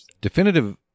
definitive